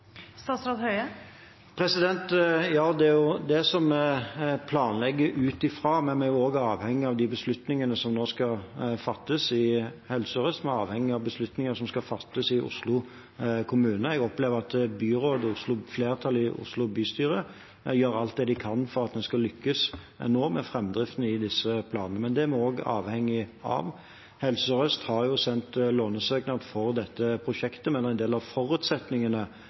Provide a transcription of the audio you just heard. Ja, det er det vi planlegger ut ifra, men vi er også avhengige av de beslutningene som nå skal fattes i Helse Sør-Øst, og vi er avhengige av beslutninger som skal fattes i Oslo kommune. Jeg opplever at flertallet i Oslo bystyre gjør alt det de kan for at vi skal lykkes med framdriften i disse planene, men det er vi også avhengige av. Helse Sør-Øst har sendt lånesøknad for dette prosjektet, men det er noen av forutsetningene